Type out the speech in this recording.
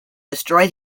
destroy